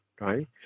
right